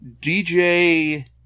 DJ